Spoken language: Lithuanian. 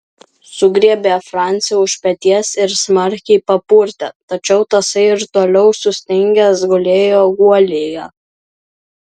sugriebė francį už peties ir smarkiai papurtė tačiau tasai ir toliau sustingęs gulėjo guolyje